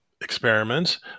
experiments